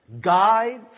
guides